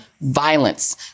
Violence